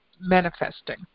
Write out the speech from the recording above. manifesting